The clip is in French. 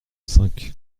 cinq